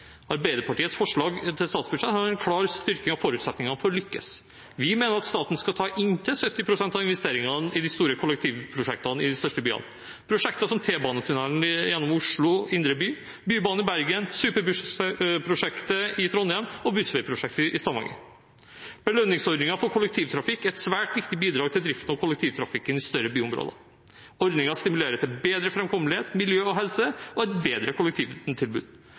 Arbeiderpartiets forslag til statsbudsjett har en klar styrking av forutsetningene for å lykkes. Vi mener at staten skal ta inntil 70 pst. av investeringene i de store kollektivprosjektene i de største byene – prosjekter som T-banetunnelen gjennom Oslo indre by, Bybanen i Bergen, superbussprosjektet i Trondheim og bussveiprosjektet i Stavanger. Belønningsordningen for kollektivtrafikk er et svært viktig bidrag til drift av kollektivtrafikken i større byområder. Ordningen stimulerer til bedre framkommelighet, miljø og helse og et bedre kollektivtilbud.